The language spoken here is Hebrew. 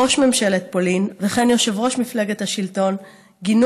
ראש ממשלת פולין וכן יושב-ראש מפלגת השלטון גינו